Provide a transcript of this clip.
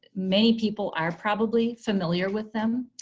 many people are probably familiar with them.